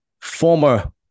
former